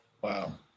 Wow